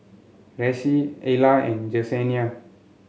Reece Ella and Jesenia